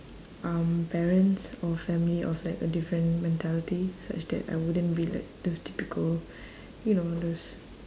um parents or family of like a different mentality such that I wouldn't be like those typical you know those